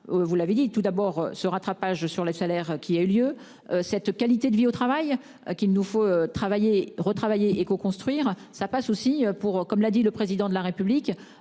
Vous l'avez dit, tout d'abord ce rattrapage sur les salaires qui a eu lieu cette qualité de vie au travail qu'il nous faut travailler retravailler et co-construire ça passe aussi pour, comme l'a dit le président de la République